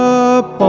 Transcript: up